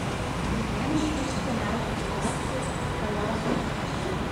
tai vienas iš seniausių rastų galąstuvų